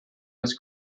was